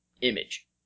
image